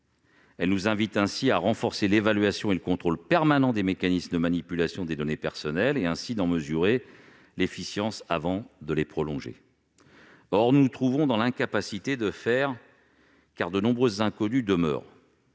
Elle nous invite à renforcer l'évaluation et le contrôle permanent des mécanismes de manipulation des données personnelles et, ainsi, d'en mesurer l'efficience avant de les prolonger. Or nous nous trouvons dans l'incapacité de le faire, car de nombreuses inconnues demeurent